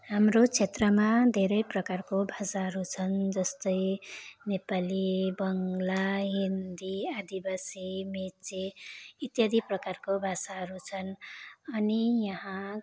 हाम्रो क्षेत्रमा धेरै प्रकारको भाषाहरू छन् जस्तै नेपाली बङ्ग्ला हिन्दी आदिवासी मेचे इत्यादि प्रकारको भाषाहरू छन् अनि यहाँ